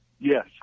Yes